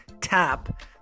TAP